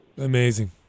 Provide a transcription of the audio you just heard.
Amazing